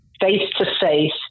face-to-face